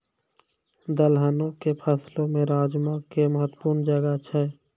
दलहनो के फसलो मे राजमा के महत्वपूर्ण जगह छै